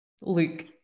Luke